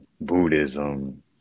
Buddhism